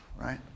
right